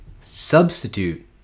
substitute